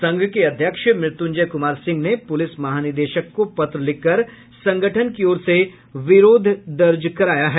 संघ के अध्यक्ष मृत्यूंजय कुमार सिंह ने पुलिस महानिदेशक को पत्र लिखकर संगठन की ओर से विरोध दर्ज कराया है